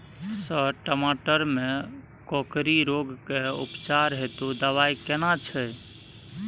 Sir टमाटर में कोकरि रोग के उपचार हेतु दवाई केना छैय?